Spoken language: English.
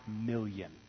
million